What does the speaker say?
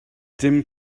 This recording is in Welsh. dim